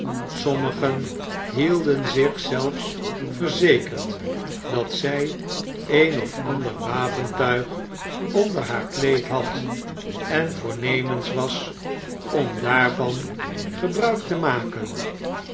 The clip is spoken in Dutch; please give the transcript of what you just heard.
mmigen hielden zich zelfs verzekerd dat zij een of ander wapentuig onder haar kleed had en voornemens was om daarvan gebruik te maken